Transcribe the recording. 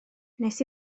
nes